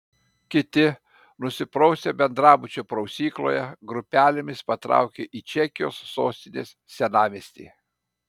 kiti nusiprausę bendrabučio prausykloje grupelėmis patraukė į čekijos sostinės senamiestį